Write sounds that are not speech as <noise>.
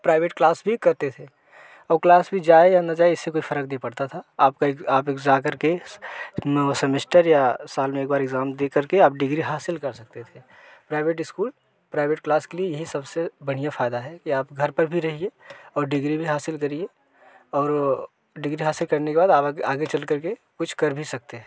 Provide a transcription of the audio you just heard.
private class भी करते थे और क्लास भी जाए या न जाए इससे कोई फ़र्क नहीं पड़ता था आपका ही आप एक ज़ा करके नौ सेमेस्टर या साल में एक बार एग्ज़ाम दे करके आप डिग्री हासिल कर सकते थे प्राइवेट स्कूल प्राइवेट क्लास के लिए यही सबसे बढ़िया फायदा है कि आप घर पर भी रहिए और डिग्री भी हासिल करिए और डिग्री हासिल करने के बाद <unintelligible> आगे चल करके कुछ कर भी सकते है